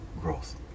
growth